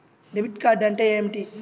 Debit card అంటే ఏమిటి?